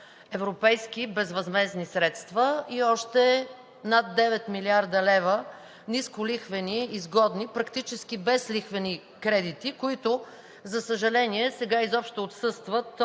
европейски безвъзмездни средства и още над 9 млрд. лв. нисколихвени, изгодни, практически безлихвени кредити, които, за съжаление, сега изобщо отсъстват от